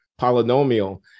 polynomial